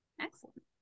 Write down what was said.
Excellent